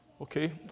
Okay